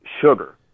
Sugar